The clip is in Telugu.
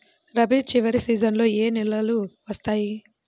రబీ చివరి సీజన్లో ఏ నెలలు వస్తాయి?